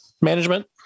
management